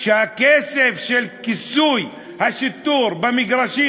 שהכסף של כיסוי השיטור במגרשים,